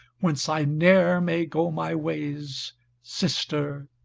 whence i ne'er may go my ways sister,